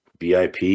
VIP